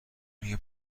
روی